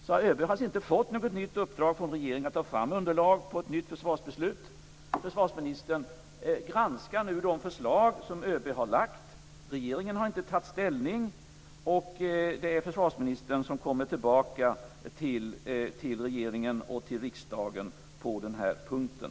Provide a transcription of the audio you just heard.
ÖB har alltså inte fått något nytt uppdrag från regeringen att ta fram underlag för ett nytt försvarsbeslut. Försvarsministern granskar nu de förslag som ÖB har lagt fram. Regeringen har inte tagit ställning. Försvarsministern kommer tillbaka till regeringen och riksdagen på den här punkten.